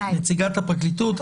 נציגת הפרקליטות,